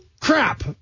crap